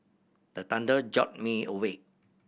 the thunder jolt me awake